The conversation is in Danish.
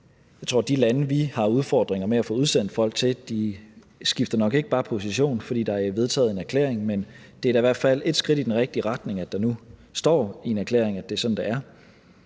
Jeg tror, at de lande, vi har udfordringer med at få udsendt folk til, skifter nok ikke bare position, fordi der er vedtaget en erklæring, men det er da i hvert fald et skridt i den rigtige retning, at der nu står i en erklæring, at det er sådan, det er.